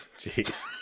jeez